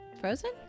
Frozen